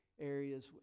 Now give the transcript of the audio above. areas